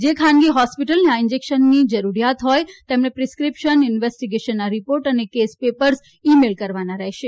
જે ખાનગી હોસ્પીટલને આ ઈન્જેકશનોની જરૂરિયાત હોય તેમણે પ્રીસ્ક્રીપશન ઈન્વેસ્ટીગેશનના રીપોર્ટ અને કેસ પેપર્સ ઈ મેલ કરવાનાં રહેશે